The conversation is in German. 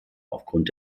aufgrund